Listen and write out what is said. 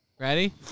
Ready